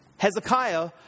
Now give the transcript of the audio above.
Hezekiah